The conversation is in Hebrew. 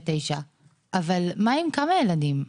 אבל מה עם כמה ילדים?